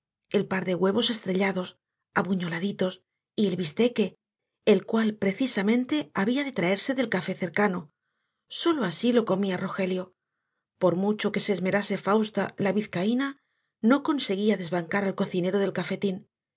el par de huevos estrellados abuñoladitos y el bisteque el cual precisamente había de traerse del café cercano sólo así lo comía rogelio por mucho que se esmerase fausta la vizcaína no conseguía desbancar al cocinero del cafetín